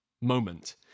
moment